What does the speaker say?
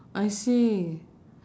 I see